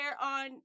on